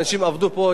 אנשים עבדו פה.